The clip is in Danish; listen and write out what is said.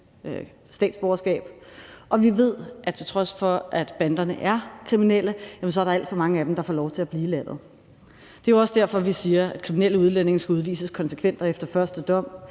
statsborgerskab, og vi ved, at til trods for at banderne er kriminelle, er der altid mange af dem, der får lov til at blive i landet. Det er jo også derfor, vi siger, at kriminelle udlændinge skal udvises konsekvent og efter første dom.